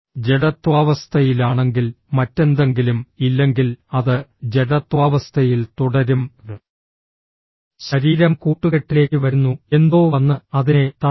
ജഡത്വാവസ്ഥയിലാണെങ്കിൽ മറ്റെന്തെങ്കിലും ഇല്ലെങ്കിൽ അത് ജഡത്വാവസ്ഥയിൽ തുടരും ശരീരം കൂട്ടുകെട്ടിലേക്ക് വരുന്നു എന്തോ വന്ന് അതിനെ തള്ളുന്നു